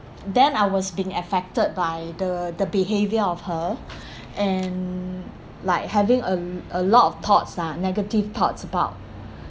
then I was being affected by the the behaviour of her and like having a a lot of thoughts ah negative thoughts about